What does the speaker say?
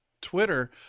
Twitter